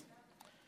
היא